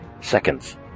Seconds